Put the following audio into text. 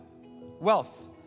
Wealth